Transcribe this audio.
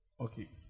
Okay